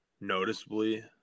noticeably